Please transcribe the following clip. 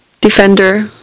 defender